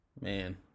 Man